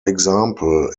example